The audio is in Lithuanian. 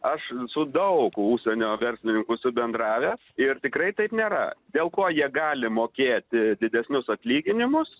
aš su daug užsienio verslininkų esu bendravęs ir tikrai taip nėra dėl ko jie gali mokėti didesnius atlyginimus